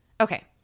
Okay